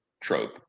trope